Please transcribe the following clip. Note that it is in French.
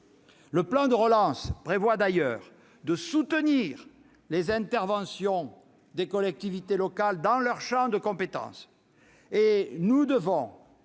Le plan de relance prévoit d'ailleurs de soutenir les interventions des collectivités territoriales dans leur champ de compétences.